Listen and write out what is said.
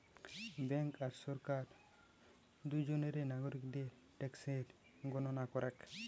bank আর সরকার দুজনেই নাগরিকদের ট্যাক্সের গণনা করেক